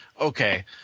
okay